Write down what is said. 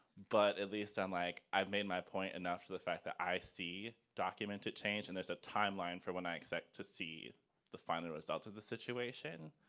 but at least i'm like, i've made my point enough to the fact that i see documented change and there's a timeline for when i expect to see the final results of the situation.